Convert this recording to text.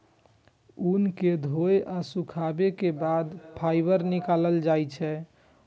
ऊन कें धोय आ सुखाबै के बाद फाइबर निकालल जाइ छै